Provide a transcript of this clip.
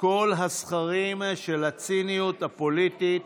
כל הסכרים של הציניות הפוליטית